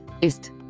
ist